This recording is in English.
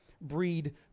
breed